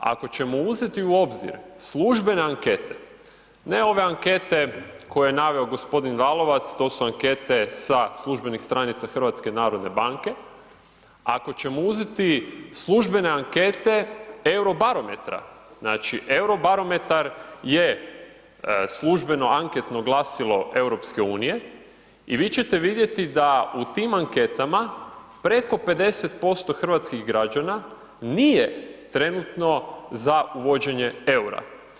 Ako ćemo uzeti u obzir službene ankete, ne ove ankete koje je naveo gospodin Lalovac to su ankete sa službenih stranica HNB-a, ako ćemo uzeti službene ankete Eurobarometra, znači Eurobarometar je službeno anketno glasilo EU i vi ćete vidjeti da u tim anketama preko 50% hrvatskih građana nije trenutno za uvođenje EUR-a.